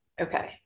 Okay